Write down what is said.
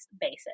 basis